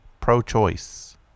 pro-choice